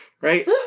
Right